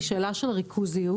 היא שאלה של ריכוזיות.